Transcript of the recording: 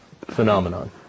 phenomenon